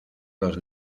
los